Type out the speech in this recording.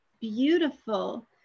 beautiful